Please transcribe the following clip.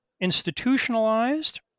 institutionalized